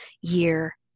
year